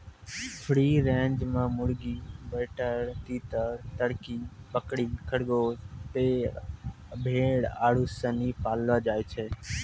free range मे मुर्गी, बटेर, तीतर, तरकी, बकरी, खरगोस, भेड़ आरु सनी पाललो जाय छै